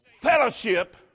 fellowship